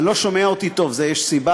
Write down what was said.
אני לא שומע את עצמי טוב, יש סיבה?